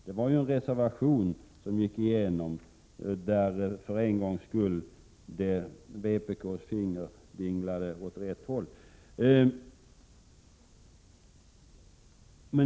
Det var ju en reservation som gick igenom, eftersom vpk-ledamöternas fingrar för en gångs skull vinglade åt rätt håll.